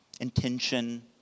intention